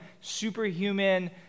superhuman